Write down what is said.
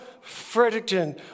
Fredericton